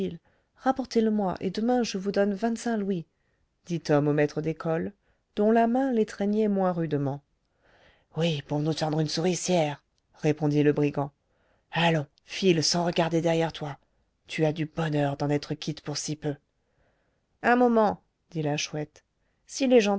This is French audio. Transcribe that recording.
rapportez le moi et demain je vous donne vingt-cinq louis dit tom au maître d'école dont la main l'étreignait moins rudement oui pour nous tendre une souricière répondit le brigand allons file sans regarder derrière toi tu as du bonheur d'en être quitte pour si peu un moment dit la chouette s'il est gentil